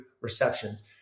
receptions